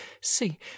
see